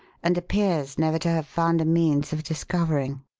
and appears never to have found a means of discovering.